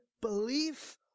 belief